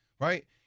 right